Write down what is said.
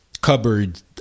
cupboard